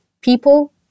People